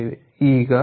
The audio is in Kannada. ಈಗ ಈ 2